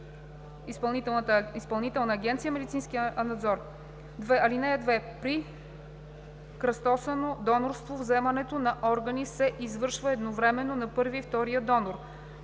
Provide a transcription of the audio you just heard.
Изпълнителна агенция „Медицински надзор“. (2) При кръстосано донорство вземането на органи се извършва едновременно на първия и втория донор.“